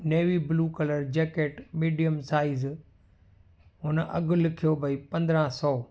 navy blue colour jacket medium size हुन अघु लिखियो भाई पंदरहां सौ